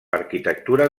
arquitectura